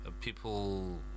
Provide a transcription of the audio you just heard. People